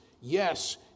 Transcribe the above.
Yes